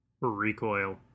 recoil